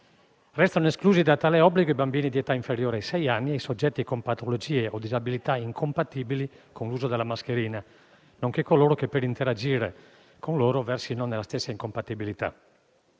Restano esclusi da tale obbligo i bambini di età inferiore ai sei anni e i soggetti con patologie o disabilità incompatibili con l'uso della mascherina, nonché quelli che, per interagire con loro, versino nella stessa incompatibilità.